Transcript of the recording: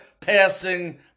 passing